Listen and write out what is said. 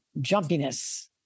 jumpiness